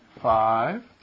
five